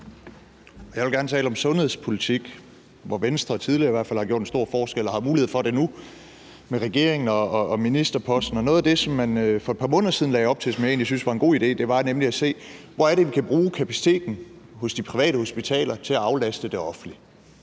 Jeg vil gerne tale om sundhedspolitik, hvor Venstre i hvert fald tidligere har gjort en stor forskel og har mulighed for det nu i regering og med ministerposten. Noget af det, som man for et par måneder lagde op til, og som jeg egentlig syntes var en god idé, var at se, hvor det er, vi kan bruge kapaciteten hos de private hospitaler til at aflaste det offentlige.